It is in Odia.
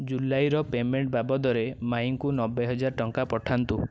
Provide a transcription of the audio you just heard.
ଜୁଲାଇର ପେମେଣ୍ଟ ବାବଦରେ ମାଇଁଙ୍କୁ ନବେହଜାର ଟଙ୍କା ପଠାନ୍ତୁ